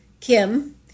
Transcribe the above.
Kim